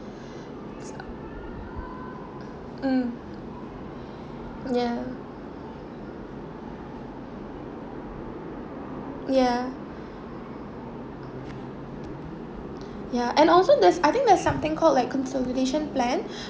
mm ya ya ya and also there's I think there's something called like consolidation plan